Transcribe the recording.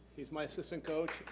he's my assistant coach.